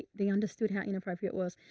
they understood how inappropriate was.